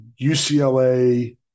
UCLA